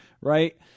right